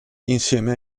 insieme